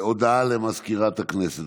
הודעה לסגנית מזכיר הכנסת.